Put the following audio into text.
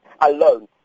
alone